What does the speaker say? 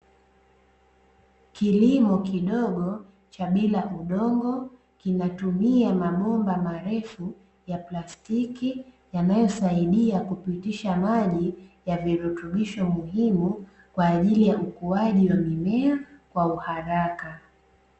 Kilimo kidogo cha bila udongo, kinatumia mabomba marefu ya plastiki, yanayosaidia kupitisha maji ya virutubisho muhimu kwaajili ya ukuaji wa mimea kwa uharaka.